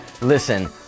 Listen